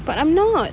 but I'm not